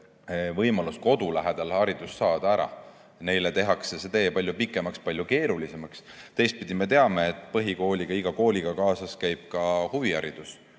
võimalus kodu lähedal haridust saada. Neile tehakse see tee palju pikemaks, palju keerulisemaks. Teistpidi me teame, et põhikoolis käib iga kooliga kaasas ka huviharidus.